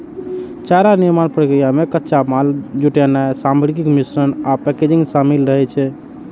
चारा निर्माण प्रक्रिया मे कच्चा माल जुटेनाय, सामग्रीक मिश्रण आ पैकेजिंग शामिल रहै छै